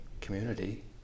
community